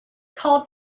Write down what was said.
called